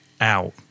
out